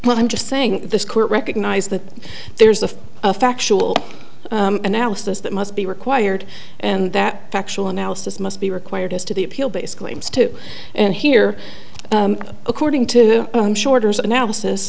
what i'm just saying the court recognized that there's a factual analysis that must be required and that factual analysis must be required as to the appeal base claims to and here according to shorter's analysis